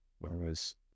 whereas